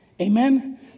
Amen